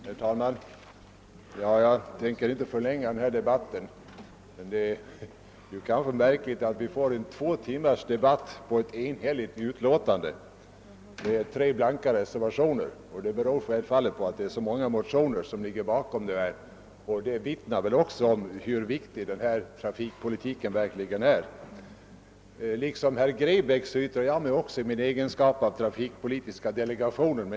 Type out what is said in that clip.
Herr talman! Jag skall inte förlänga denna debatt så mycket; det är ju märkligt att vi har fått en två timmars lång debatt om ett enhälligt utskottsutlåtande. De tre blanka reservationer som fogats till utlåtandet beror självfallet på de många bakomliggande motionerna, vilka i sin tur vittnar om hur viktig trafikpolitiken är. I likhet med herr Grebäck talar jag i egenskap av ledamot av trafikpolitiska delegationen.